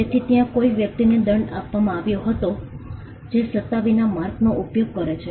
તેથી ત્યાં કોઈ વ્યક્તિને દંડ આપવામાં આવ્યો હતો જે સત્તા વિના માર્કનો ઉપયોગ કરે છે